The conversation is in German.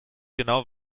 genau